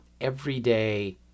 everyday